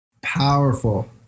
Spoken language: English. Powerful